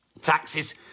Taxes